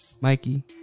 Mikey